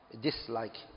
Dislike